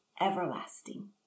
everlasting